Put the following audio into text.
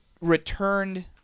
Returned